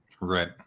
Right